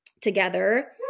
together